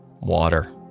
Water